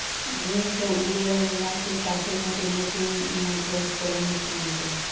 जमीन पर यूगे वाला घास के काटे खातिर मशीन ना त उपकरण इस्तेमाल होखेला